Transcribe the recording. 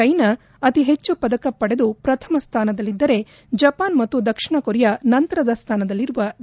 China ಅತಿ ಹೆಚ್ಚು ಪದಕ ಪಡೆದು ಪ್ರಥಮ ಸ್ಥಾನದಲ್ಲಿದ್ದರೆ ಜಪಾನ್ ಮತ್ತು ದಕ್ಷಿಣಾ ಕೊರಿಯಾ ನಂತರದ ಸ್ಥಾನದಲ್ಲಿರುವ ದೇಶಗಳು